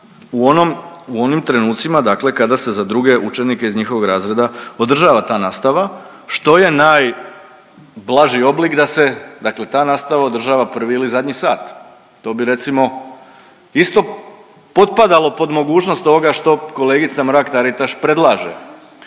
u onim trenucima dakle kada se za druge učenike iz njihovog razreda održava ta nastava, što je najblaži oblik da se dakle ta nastava održava prvi ili zadnji sat. To bi recimo isto potpadalo pod mogućnost toga što kolegica Mrak-Taritaš predlaže.